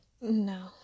no